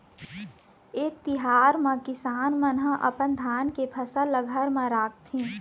ए तिहार म किसान मन ह अपन धान के फसल ल घर म राखथे